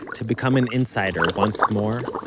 to become an insider once more,